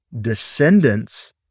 descendants